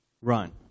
Run